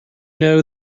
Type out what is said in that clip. know